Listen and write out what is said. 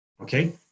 okay